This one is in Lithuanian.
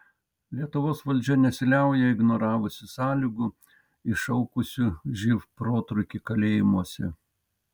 lietuvos valdžia nesiliauja ignoravusi sąlygų iššaukusių živ protrūkį kalėjimuose